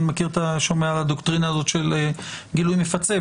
שומע על הדוקטרינה הזאת של גילוי מפצה,